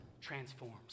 transforms